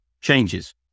changes